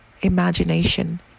imagination